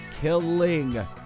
Killing